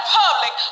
public